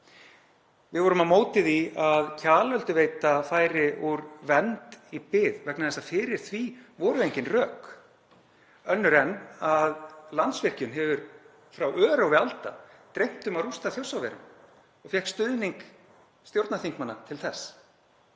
Við vorum á móti því að Kjalölduveita færi úr vernd í bið vegna þess að fyrir því voru engin rök önnur en að Landsvirkjun hefur frá örófi alda dreymt um að rústa Þjórsárverum og fékk stuðning stjórnarþingmanna til þess.